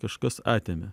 kažkas atėmė